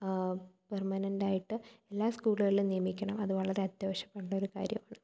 പെർമനൻറ്റായിട്ട് എല്ലാ സ്കൂളുകളിലും നിയമിക്കണം അത് വളരെ അത്യാവശ്യമായൊരു കാര്യമാണ്